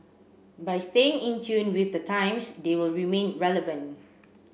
by staying in tune with the times they will remain relevant